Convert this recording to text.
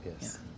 yes